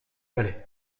balai